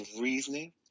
reasoning